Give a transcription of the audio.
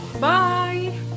Bye